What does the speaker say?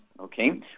Okay